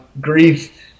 grief